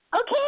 okay